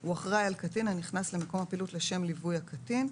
הוא אחראי על קטין הנכנס למקום הפעילות לשם ליווי הקטין,